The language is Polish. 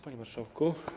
Panie Marszałku!